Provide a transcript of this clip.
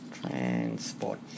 Transport